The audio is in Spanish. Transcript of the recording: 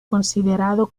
considerado